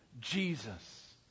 Jesus